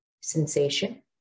sensation